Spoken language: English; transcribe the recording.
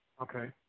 Okay